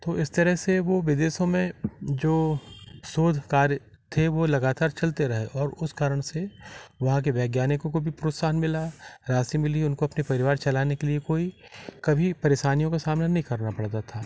तो इस तरेह से वह विदेशों में जो शोध कार्य थे वह लगातार चलते रहे और उस कारण से वहाँ के वैज्ञानिकों को भी प्रोत्साहन मिला राशि मिली उनको अपने परिवार चलाने के लिए कोई कभी परेशानियों का सामना नहीं करना पड़ता था